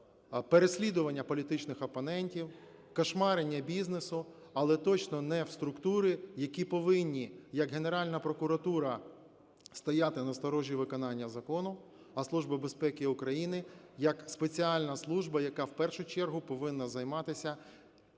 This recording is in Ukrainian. переслідування політичних опонентів, "кошмарення" бізнесу, але точно не в структури, які повинні, як Генеральна прокуратура, стояти на сторожі виконання закону, а Служба безпеки України – як спеціальна служба, яка в першу чергу повинна займатися